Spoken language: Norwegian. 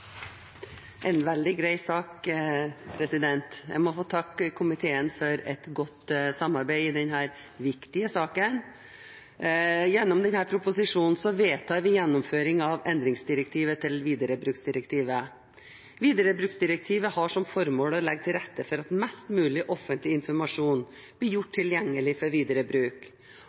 en veldig grei sak. Jeg må få takke komiteen for godt samarbeid i denne viktige saken. Gjennom behandlingen av denne proposisjonen vedtar vi gjennomføring av endringsdirektivet til viderebruksdirektivet. Viderebruksdirektivet har som formål å legge til rette for at mest mulig offentlig informasjon blir gjort tilgjengelig for videre bruk.